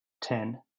Ten